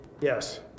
yes